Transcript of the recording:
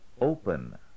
open